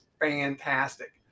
fantastic